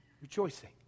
rejoicing